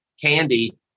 Candy